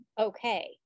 okay